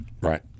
right